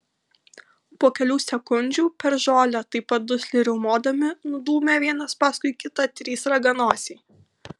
po kelių sekundžių per žolę taip pat dusliai riaumodami nudūmė vienas paskui kitą trys raganosiai